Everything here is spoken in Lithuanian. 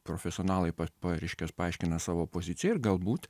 profesionalai pas reiškias paaiškina savo poziciją ir galbūt